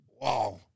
wow